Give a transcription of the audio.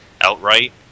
outright